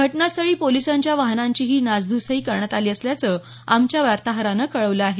घटनास्थळी पोलिसांच्या वाहनांची ही नासधूसही करण्यात आली असल्याच आमच्या वार्ताहरानं कळवलं आहे